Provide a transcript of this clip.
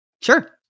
Sure